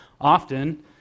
often